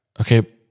okay